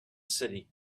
city